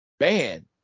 man